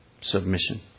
submission